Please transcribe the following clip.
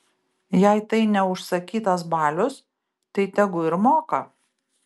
jei tai ne užsakytas balius tai tegu ir moka